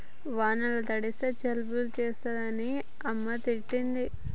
వానల తడిస్తే జలుబు చేస్తదని అమ్మ తిట్టింది